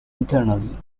internally